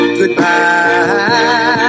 goodbye